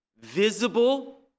visible